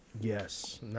Yes